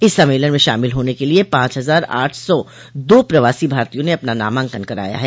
इस सम्मेलन में शामिल होने के लिये पांच हजार आठ सौ दो प्रवासी भारतीयों ने अपना नामांकन कराया है